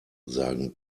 sagen